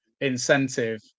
incentive